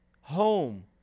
home